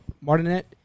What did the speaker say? Martinet